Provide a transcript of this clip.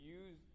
use